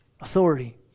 Authority